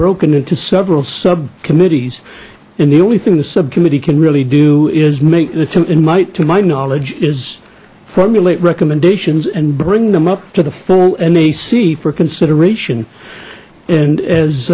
broken into several subcommittees and the only thing the subcommittee can really do is make the to invite to my knowledge is formulate recommendations and bring them up to the full nac for consideration and as